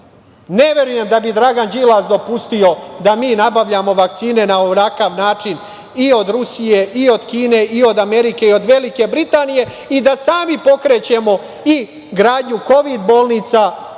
Ne verujem da bi Dragan Đilas dopustio da mi nabavljamo vakcine na ovakav način, i od Rusije i od Kine i od Amerike i od Velike Britanije i da sami pokrećemo i gradnju kovid bolnica